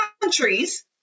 countries